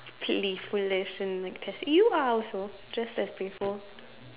playful lesson like this you are also just as playful